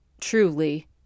truly